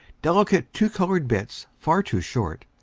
delicate two-colored bits far too short,